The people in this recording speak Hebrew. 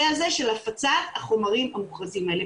הזה של הפצת החומרים המוכרזים האלה.